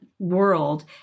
world